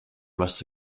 must